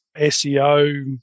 SEO